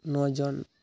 ᱱᱚ ᱡᱚᱱ